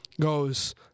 goes